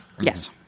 Yes